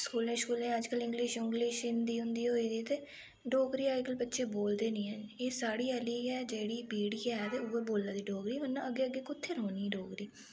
स्कूलें स्काले अज्जकल इंग्लिश उन्ग्लिश हिंदी हुन्दी होई गेदी ते डोगरी अज्जकल बच्चे बोलदे गै नी हैन ऐ साढ़े आह्ली गै जेह्ड़ी पीढ़ी ऐ ते उ'ऐ बोला दी डोगरी बरना अग्गें अग्गें कुत्थें रौह्नी डोगरी